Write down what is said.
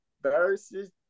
versus